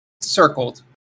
circled